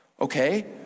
Okay